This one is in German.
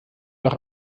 noch